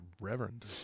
reverend